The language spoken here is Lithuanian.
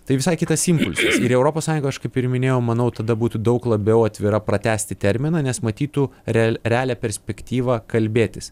tai visai kitas impulsas ir europos sąjunga aš kaip ir minėjau manau tada būtų daug labiau atvira pratęsti terminą nes matytų rea realią perspektyvą kalbėtis